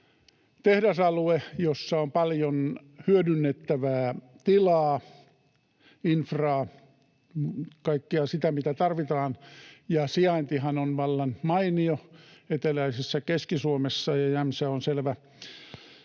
tehdasalue, jossa on paljon hyödynnettävää tilaa, infraa, kaikkea sitä, mitä tarvitaan, ja sijaintihan on vallan mainio eteläisessä Keski-Suomessa, ja Jämsä on selvä